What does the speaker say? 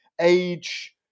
Age